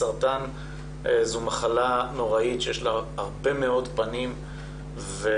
הסרטן זו מחלה נוראית שיש לה הרבה מאוד פנים ואני